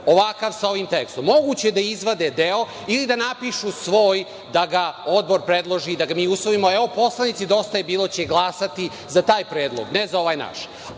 ovakav sa ovim tekstom, moguće je da izdvoje deo ili da napišu svoj, da ga Odbor predloži i da ga mi usvojimo. Evo, poslanici DJB će glasati za taj predlog, ne za ovaj naš,